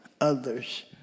others